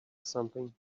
something